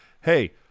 Hey